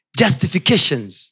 justifications